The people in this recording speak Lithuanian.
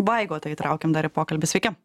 vaigotą įtraukim dar į pokalbį sveiki